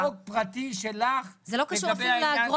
את צריכה חוק פרטי שלך לגבי -- זה לא קשור אפילו לאגרות,